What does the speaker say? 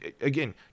again